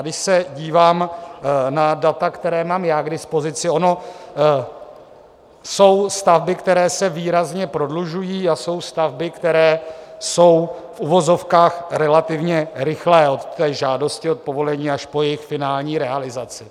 Když se dívám na data, která mám já k dispozici, jsou stavby, které se výrazně prodlužují, a jsou stavby, které jsou v uvozovkách relativně rychlé od žádosti o povolení až po jejich finální realizaci.